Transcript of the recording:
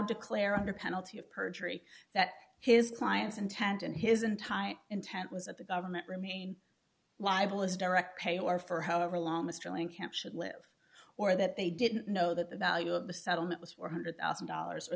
declare under penalty of perjury that his client's intent and his untie intent was that the government remain libelous direct pay or for however long mr ayling camp should live or that they didn't know that the value of the settlement was four hundred thousand dollars or